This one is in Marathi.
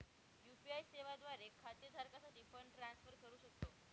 यू.पी.आय सेवा द्वारे खाते धारकासाठी फंड ट्रान्सफर करू शकतो